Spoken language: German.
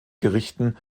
gerichten